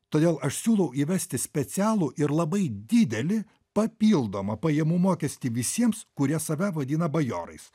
todėl aš siūlau įvesti specialų ir labai didelį papildomą pajamų mokestį visiems kurie save vadina bajorais